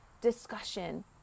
discussion